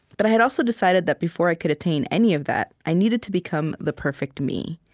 but i had also decided that before i could attain any of that, i needed to become the perfect me.